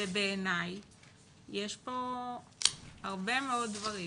ובעיני יש פה הרבה מאוד דברים